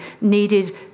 needed